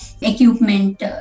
equipment